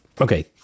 Okay